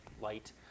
light